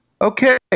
Okay